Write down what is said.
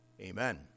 Amen